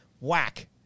whack